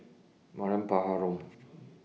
Mariam Baharom